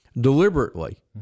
deliberately